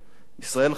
ישראל חזקה